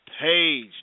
Page